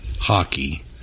hockey